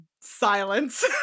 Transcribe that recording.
silence